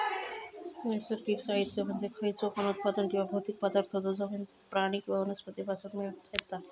नैसर्गिक साहित्य म्हणजे खयचा पण उत्पादन किंवा भौतिक पदार्थ जो जमिन, प्राणी किंवा वनस्पती पासून येता